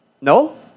No